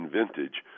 vintage